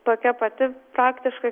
tokia pati praktiškai